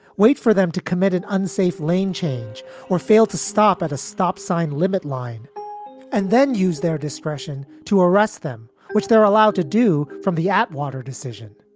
wait for them to commit an unsafe lane change or fail to stop at a stop sign limit line and then use their discretion to arrest them, which they're allowed to do. from the atwater decision.